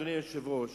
אדוני היושב-ראש,